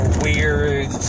weird